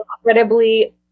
incredibly